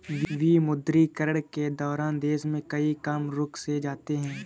विमुद्रीकरण के दौरान देश में कई काम रुक से जाते हैं